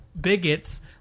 bigots